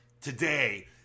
today